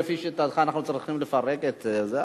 לפי שיטתך אנחנו צריכים לפרק את זה,